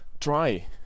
try